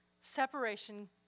separation